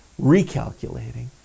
recalculating